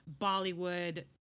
Bollywood